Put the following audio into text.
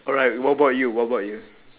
alright what about you what about you